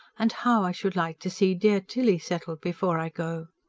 and how i should like to see dear tilly settled before i go!